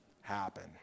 happen